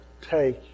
take